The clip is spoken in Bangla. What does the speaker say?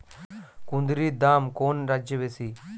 কুঁদরীর দাম কোন রাজ্যে বেশি?